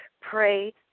pray